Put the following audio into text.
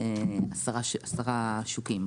לעשרה שווקים.